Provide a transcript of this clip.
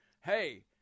hey